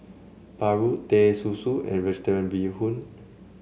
paru Teh Susu and vegetarian Bee Hoon